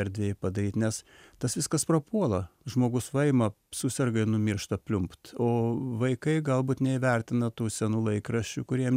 erdvėj padaryt nes tas viskas prapuola žmogus paima suserga numiršta pliumpt o vaikai galbūt neįvertina tų senų laikraščių kuriem